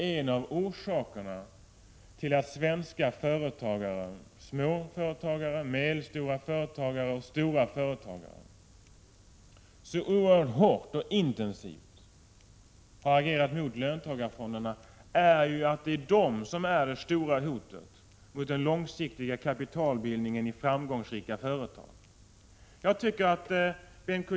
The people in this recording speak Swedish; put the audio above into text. En av orsakerna till att svenska företagare — småföretagare, medelstora företagare och stora företagare — så oerhört hårt och intensivt har agerat mot löntagarfonderna är att dessa fonder är det stora hotet mot den långsiktiga kapitalbildningen i framgångsrika företag. Bengt K.